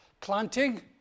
planting